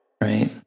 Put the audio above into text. Right